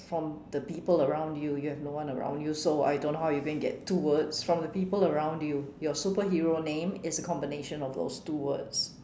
from the people around you you have no one around you so I don't how you going to get two words from the people around you your superhero name is a combination of those two words